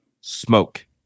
smoke